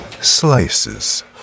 Slices